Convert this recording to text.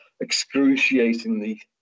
excruciatingly